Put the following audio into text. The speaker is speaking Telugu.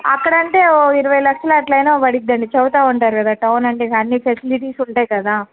అక్కడ అంటే ఒక ఇరవై లక్షలు అట్ల అయినా పడుద్దండి చెప్తు ఉంటారు కదా టౌన్ అంటే అన్నీ ఫెసిలిటీస్ ఉంటాయి కదా